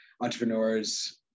entrepreneurs